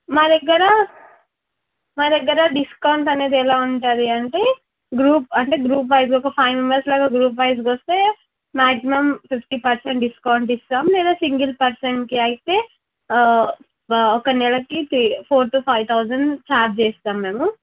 మా దగ్గర మా దగ్గర డిస్కౌంట్ అనేది ఎలా ఉంటది అంటే గ్రూపు అంటే గ్రూప్ వైస్గా ఒక ఫైవ్ మెంబర్స్ లాగా గ్రూప్ వైస్గొస్తే మ్యాక్సిమం ఫిఫ్టీ పర్సెంట్ డిస్కౌంట్ ఇస్తాం లేదా సింగిల్ పర్సన్కి అయితే బా ఒక నెలకి three four two five thousand charge చేస్తాము మేము